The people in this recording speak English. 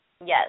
Yes